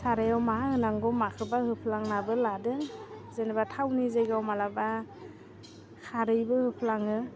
सारायाव मा होनांगौ माखोबा होफ्लांनाबो लादों जेनेबा थावनि जायगायाव मालाबा खारैबो होफ्लाङो